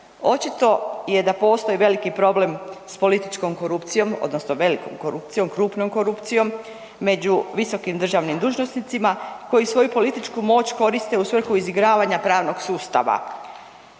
Očito je da postoji veliki problem s političkom korupcijom odnosno velikom korupcijom, krupnom korupcijom među visokim državnim dužnosnicima koji svoju političku moć koriste u svrhu izigravanja pravnog sustava,